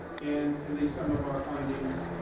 and at least some of our findings